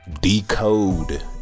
decode